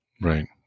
Right